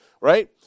right